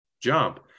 jump